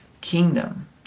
kingdom